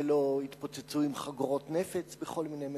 ולא התפוצצו עם חגורות נפץ בכל מיני מקומות.